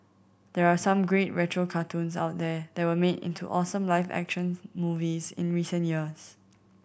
there are some great retro cartoons out there that were made into awesome live action movies in recent years